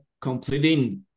completing